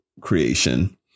creation